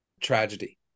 tragedy